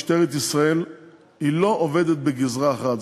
משטרת ישראל לא עובדת בגזרה אחת,